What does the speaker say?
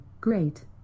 Great